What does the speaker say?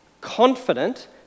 confident